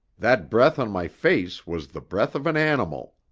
that breath on my face was the breath of an animal.